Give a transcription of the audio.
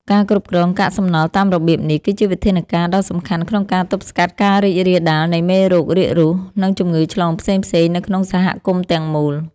ការគ្រប់គ្រងកាកសំណល់តាមរបៀបនេះ គឺជាវិធានការដ៏សំខាន់ក្នុងការទប់ស្កាត់ការរីករាលដាលនៃមេរោគរាករូស និងជំងឺឆ្លងផ្សេងៗនៅក្នុងសហគមន៍ទាំងមូល។